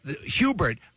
Hubert